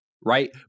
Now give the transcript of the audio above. right